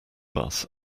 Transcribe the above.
bus